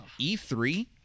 E3